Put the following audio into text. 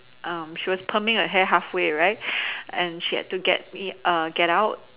she was perming her hair halfway right and she had to just get out